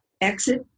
exit